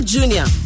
Junior